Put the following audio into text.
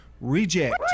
reject